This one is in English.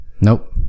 Nope